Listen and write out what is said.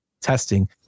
testing